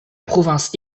province